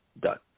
Done